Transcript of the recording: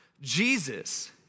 Jesus